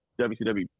WCW